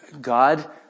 God